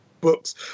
books